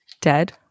dead